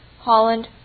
Holland